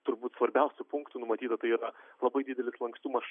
turbūt svarbiausių punktų numatyta tai yra labai didelis lankstumas